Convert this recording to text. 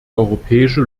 europäische